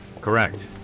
Correct